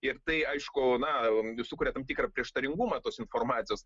ir tai aišku na sukuria tam tikrą prieštaringumą tos informacijos